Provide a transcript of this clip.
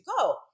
go